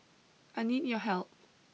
I need your help